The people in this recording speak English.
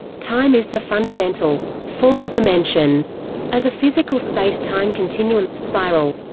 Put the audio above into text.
time is the fundamental fourth dimension of the physical space-time continuum spiral.